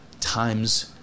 times